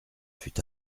fut